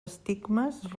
estigmes